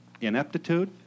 ineptitude